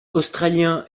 australien